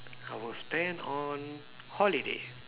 I will spend on holiday